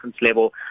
level